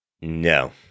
No